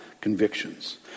convictions